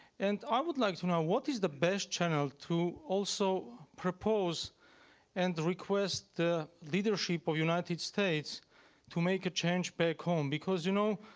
and i would like to know, what is the best channel to also propose and request the leadership of united states to make a change back home, because you know,